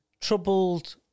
Troubled